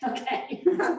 Okay